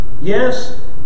Yes